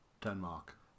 Denmark